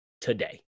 today